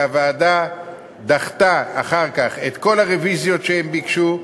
והוועדה דחתה אחר כך את כל הרוויזיות שהם ביקשו,